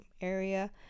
area